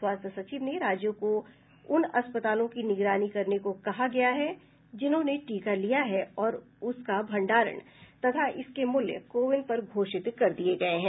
स्वास्थ्य सचिव ने राज्यों को उन अस्पतालों की निगरानी करने को कहा गया जिन्होंने टीका लिया है और उसका भंडारण तथा इसके मूल्य कोविन पर घोषित कर दिये गये हैं